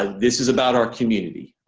ah this is about our community